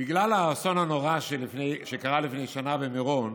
בגלל האסון הנורא שקרה לפני שנה במירון